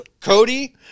cody